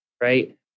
right